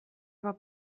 bat